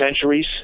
centuries